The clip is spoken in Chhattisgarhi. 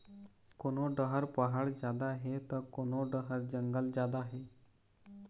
कोनो डहर पहाड़ जादा हे त कोनो डहर जंगल जादा हे